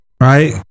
right